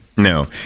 No